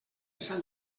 sant